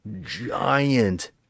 giant